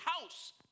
house